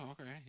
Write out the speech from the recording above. okay